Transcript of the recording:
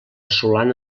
solana